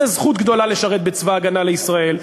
זאת זכות גדולה לשרת בצבא-הגנה לישראל.